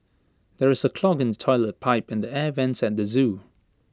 there is A clog in the Toilet Pipe and the air Vents at the Zoo